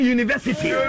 University